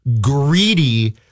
greedy